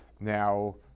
Now